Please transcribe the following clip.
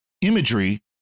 imagery